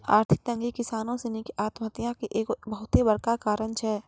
आर्थिक तंगी किसानो सिनी के आत्महत्या के एगो बहुते बड़का कारण छै